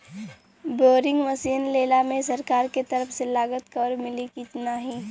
Boring machine लेला मे सरकार के तरफ से लागत कवर मिली की नाही?